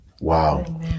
Wow